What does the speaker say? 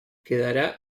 quedará